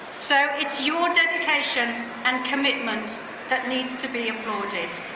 so it's your dedication and commitment that needs to be applauded.